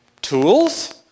Tools